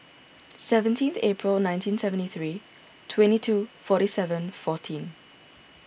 seventeen April nineteen seventy three twenty two forty seven fourteen